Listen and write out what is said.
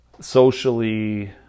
socially